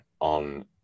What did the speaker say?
on